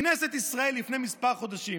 כנסת ישראל, לפני כמה חודשים,